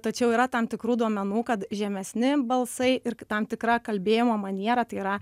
tačiau yra tam tikrų duomenų kad žemesni balsai ir tam tikra kalbėjimo maniera tai yra